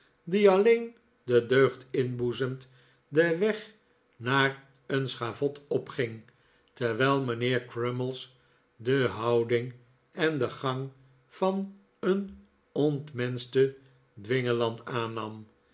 die alleen de deugd inboezemt den weg naar een schavot opging terwijl mijnheer crummies de houding en den gang van een ontmenschten dwingeland aannam